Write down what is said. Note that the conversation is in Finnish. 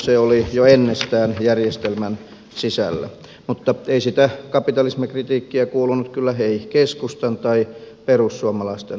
se oli jo ennestään järjestelmän sisällä mutta ei sitä kapitalismikritiikkiä kuulunut kyllä keskustan tai perussuomalaisten puheistakaan